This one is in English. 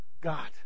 God